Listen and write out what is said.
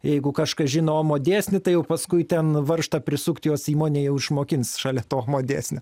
jeigu kažkas žino omo dėsnį tai jau paskui ten varžtą prisukti juos įmonė išmokins šalia to omo dėsnio